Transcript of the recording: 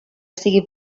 sigui